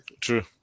True